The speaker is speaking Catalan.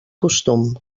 costum